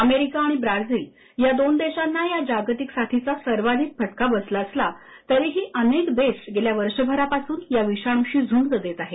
America आणि Brazil या दोन देशांना या जागतिक साथीचा सर्वाधिक फटका बसला असला तरीही अनेक देश गेल्या वर्षभरापासून या विषाणूशी झुंज देत आहेत